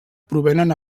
provenen